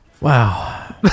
Wow